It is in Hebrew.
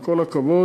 עם כל הכבוד,